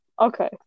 Okay